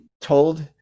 told